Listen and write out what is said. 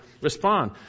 respond